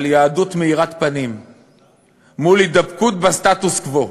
על יהדות מאירת פנים מול הידבקות בסטטוס-קוו.